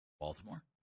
Baltimore